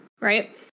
right